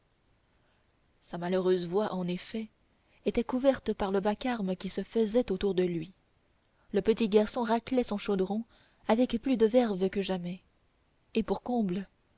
sa malheureuse voix en effet était couverte par le vacarme qui se faisait autour de lui le petit garçon raclait son chaudron avec plus de verve que jamais et pour comble